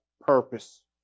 purpose